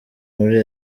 muri